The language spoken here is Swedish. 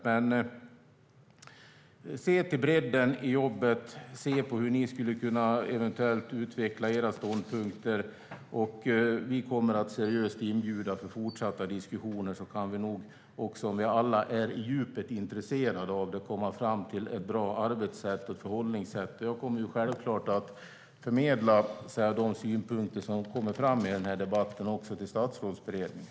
Men se till bredden i jobbet och på hur ni eventuellt skulle kunna utveckla era ståndpunkter. Vi kommer att seriöst bjuda in till fortsatta diskussioner. Om vi alla är på djupet intresserade av det kan vi nog komma fram till ett bra arbets och förhållningssätt. Jag kommer självklart att förmedla de synpunkter som kommer fram i denna debatt även till Statsrådsberedningen.